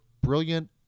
brilliant